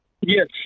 Yes